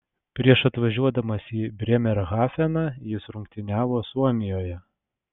prieš atvažiuodamas į brėmerhafeną jis rungtyniavo suomijoje